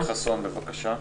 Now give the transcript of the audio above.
יעל חסון, בבקשה.